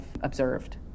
observed